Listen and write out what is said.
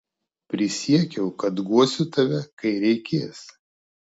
prisiekiau kad guosiu tave kai reikės